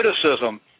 criticism